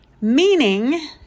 meaning